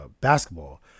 basketball